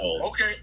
okay